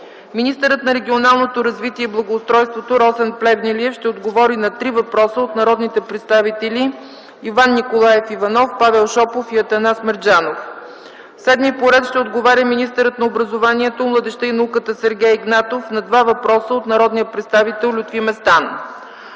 Министърът на регионалното развитие и благоустройството Росен Плевнелиев ще отговори на три въпроса от народните представители Иван Николаев Иванов, Павел Шопов и Атанас Мерджанов. 7. Министърът на образованието, младежта и науката Сергей Игнатов ще отговори на два въпроса от народния представител Лютви Местан.